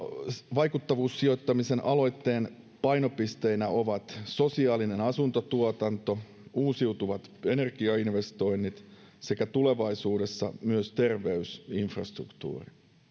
vaikuttavuussijoittamisen aloitteen painopisteinä ovat sosiaalinen asuntotuotanto uusiutuvat energiainvestoinnit sekä tulevaisuudessa myös terveysinfrastruktuuri